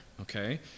okay